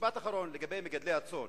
ומשפט אחרון לגבי מגדלי הצאן.